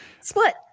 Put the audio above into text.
split